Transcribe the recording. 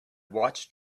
watched